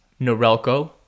Norelco